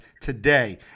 today